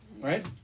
right